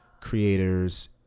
creators